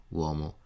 uomo